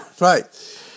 right